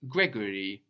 Gregory